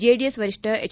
JDS ವರಿಷ್ಠ H